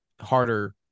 harder